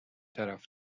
طرف